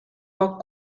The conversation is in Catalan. poc